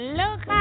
look